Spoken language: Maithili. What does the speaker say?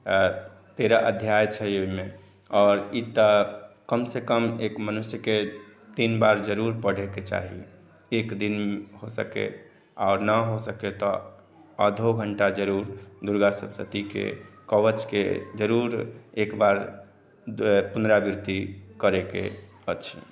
तेरह अध्याय छै ओहिमे आओर ई तऽ कमसँ कम एक मनुष्यके तीन बार जरूर पढ़ैके चाही एक दिन हो सके आओर नहि हो सकै तऽ अधो घण्टा जरूर दुर्गा सप्तशतीके कवचके जरूर एक बार पुनरावृत्ति करैके अछि